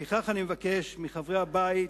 אני מבקש מחברי הבית